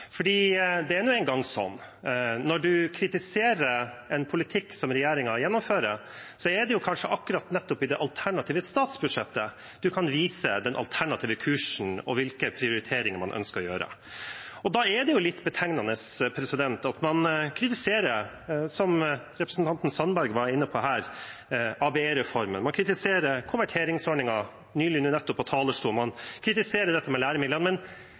Det er nå en gang sånn at når man kritiserer en politikk som regjeringen gjennomfører, er det nettopp i det alternative statsbudsjettet man kan vise den alternative kursen og hvilke prioriteringer man ønsker å gjøre. Da er det litt betegnende at man kritiserer, som representanten Sandberg var inne på, ABE-reformen. Man kritiserer konverteringsordningen – nå nylig fra talerstolen. Man kritiserer det med læremidler. Men